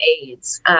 aids